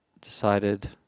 decided